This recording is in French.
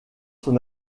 son